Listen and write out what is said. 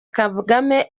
kagame